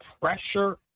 pressure